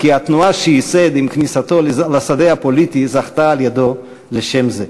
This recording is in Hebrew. כי התנועה שייסד עם כניסתו לשדה הפוליטי זכתה על-ידיו לשם זה.